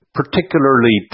particularly